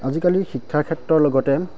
আজিকালি শিক্ষাৰ ক্ষেত্ৰৰ লগতে